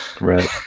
Right